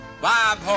Bob